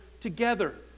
together